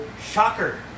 Shocker